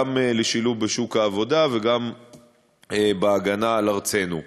גם בשילוב בשוק העבודה וגם בהגנה על ארצנו.